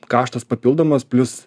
kaštas papildomas plius